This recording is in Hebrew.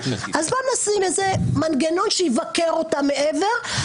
אז נשים איזה מנגנון שיבקר אותם מעבר,